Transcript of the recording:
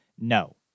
No